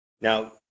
Now